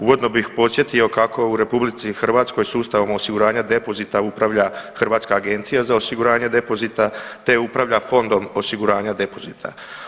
Uvodno bih podsjetio kako u RH sustavom osiguranja depozita upravlja Hrvatska agencija za osiguranje depozita te upravlja fondom osiguranja depozita.